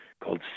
called